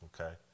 okay